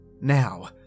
Now